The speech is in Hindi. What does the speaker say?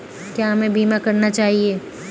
क्या हमें बीमा करना चाहिए?